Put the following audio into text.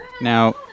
Now